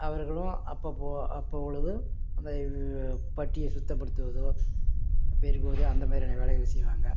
அவர்களும் அப்போப்போ அப்போ உள்ளது அந்த பட்டியை சுற்றப்படுத்துவதோ பெருக்குவது அந்த மாதிரியான வேலைகள் செய்வாங்க